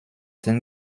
then